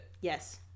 Yes